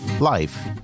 life